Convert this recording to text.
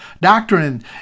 doctrine